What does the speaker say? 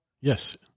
Yes